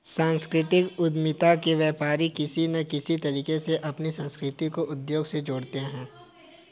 सांस्कृतिक उद्यमिता में व्यापारी किसी न किसी तरीके से अपनी संस्कृति को उद्योग से जोड़ते हैं